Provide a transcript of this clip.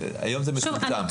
היום הוא מצומצם.